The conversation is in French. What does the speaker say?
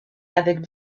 avec